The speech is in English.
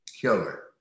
Killer